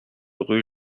rue